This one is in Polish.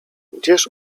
gdzież